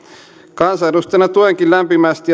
kansanedustajana tuenkin lämpimästi